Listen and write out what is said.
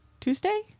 Tuesday